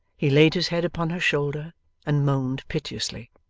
he laid his head upon her shoulder and moaned piteously.